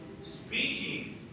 speaking